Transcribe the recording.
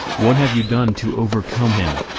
what have you done to overcome him?